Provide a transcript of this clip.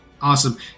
Awesome